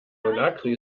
conakry